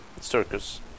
Circus